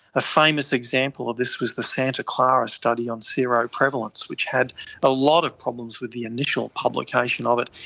a famous example of this was the santa clara study on seroprevalence which had a lot of problems with the initial publication of it.